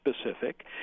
specific